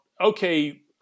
okay